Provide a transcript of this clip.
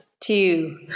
two